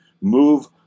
move